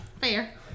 Fair